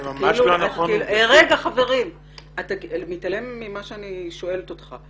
אתה מתעלם ממה שאני שואלת אותך.